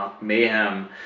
mayhem